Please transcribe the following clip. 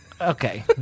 Okay